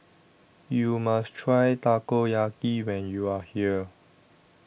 YOU must Try Takoyaki when YOU Are here